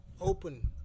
open